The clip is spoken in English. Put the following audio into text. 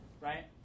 right